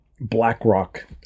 BlackRock